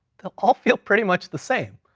they'll all feel pretty much the same.